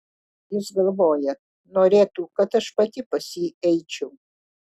jis galvoja norėtų kad aš pati pas jį eičiau